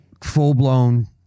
full-blown